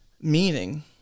Meaning